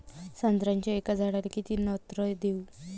संत्र्याच्या एका झाडाले किती नत्र देऊ?